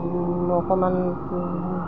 অকণমান